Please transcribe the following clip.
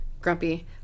grumpy